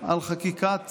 על חקיקת